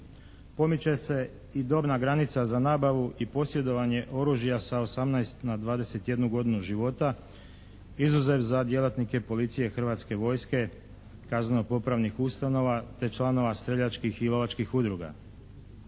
Pomiče se i dobna granica za nabavu i posjedovanje oružja sa 18 na 21 godinu života, izuzev za djelatnike policije, Hrvatske vojske, kazneno-popravnih ustanova, te članova streljačkih i lovačkih udruga.